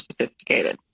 sophisticated